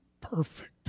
Perfect